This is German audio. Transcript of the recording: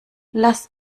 lass